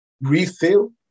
refill